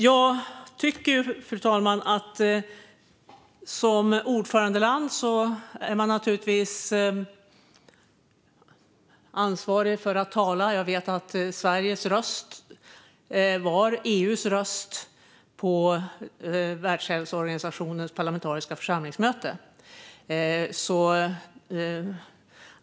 Jag tycker att som ordförandeland är man ansvarig för att tala. Jag vet att Sveriges röst var EU:s röst på Världshälsoorganisationens parlamentariska församlingsmöte.